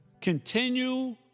Continue